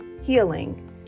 healing